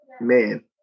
man